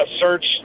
search